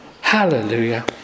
Hallelujah